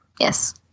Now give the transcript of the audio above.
Yes